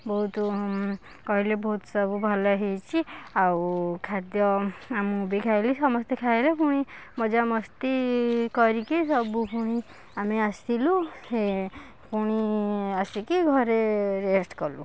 ବହୁତ କହିଲେ ବହୁତ ସବୁ ଭଲ ହେଇଛି ଆଉ ଖାଦ୍ୟ ମୁଁ ବି ଖାଇଲି ସମସ୍ତେ ଖାଇଲେ ପୁଣି ମଜାମସ୍ତି କରିକି ସବୁ ପୁଣି ଆମେ ଆସିଲୁ ପୁଣି ଆସିକି ଘରେ ରେଷ୍ଟ କଲୁ